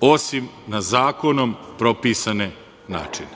osim na zakonom propisane načine.